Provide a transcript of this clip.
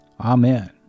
Amen